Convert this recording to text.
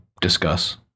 discuss